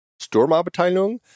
Sturmabteilung